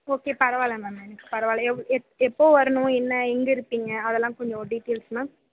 okay பரவாயில்ல ma'am எனக்கு பரவாயில்ல எவ் எப் எப்போது வரணும் என்ன எங்கே இருப்பிங்க அதெல்லாம் கொஞ்சம் டீட்டெயில்ஸ் மேம்